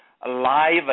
alive